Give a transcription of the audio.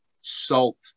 salt